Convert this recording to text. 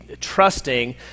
trusting